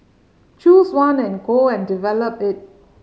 choose one and go and develop it